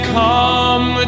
come